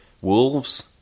wolves